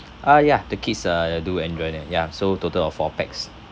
uh yeah the kids uh do enjoy them ya so total of four pax